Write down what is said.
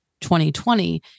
2020